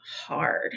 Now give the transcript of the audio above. hard